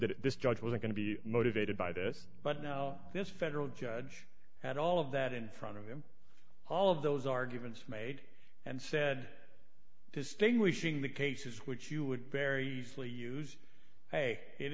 that this judge was going to be motivated by this but this federal judge had all of that in front of him all of those arguments made and said distinguishing the cases which you would very easily use hey it